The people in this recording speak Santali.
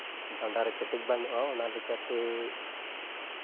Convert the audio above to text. ᱰᱟᱸᱰᱟ ᱨᱮ ᱠᱮᱴᱮᱡ ᱵᱟᱹᱱᱩᱜᱼᱟ ᱚᱱᱟ ᱞᱮᱠᱟᱛᱮ